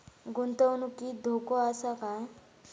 गुंतवणुकीत धोको आसा काय?